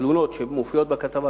תלונות שמופיעות בכתבה,